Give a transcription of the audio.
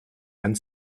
and